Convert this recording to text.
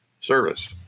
service